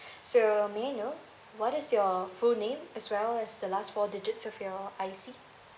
so may I know what is your full name as well as the last four digits of your I_C